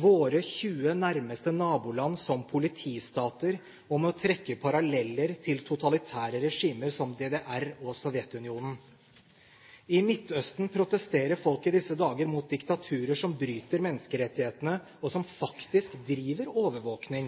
våre 20 nærmeste naboland som politistater og med å trekke paralleller til totalitære regimer som DDR og Sovjetunionen? I Midtøsten protesterer folk i disse dager mot diktaturer som bryter menneskerettighetene, og som faktisk driver overvåkning.